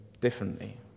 differently